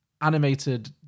animated